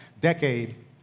decade